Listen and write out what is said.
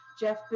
Jeff